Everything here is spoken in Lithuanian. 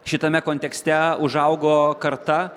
šitame kontekste užaugo karta